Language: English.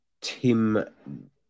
Tim